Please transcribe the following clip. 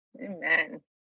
Amen